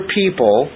people